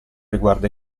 riguarda